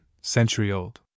century-old